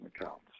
accounts